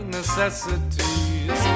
necessities